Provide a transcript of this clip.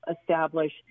establish